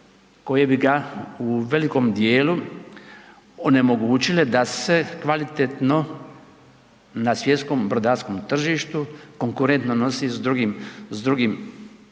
koje bi ga u velikom djelu onemogućile da se kvalitetno na svjetskom brodarskog tržištu, konkurentno nosi s drugim